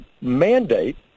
mandate